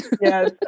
Yes